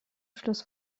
schluss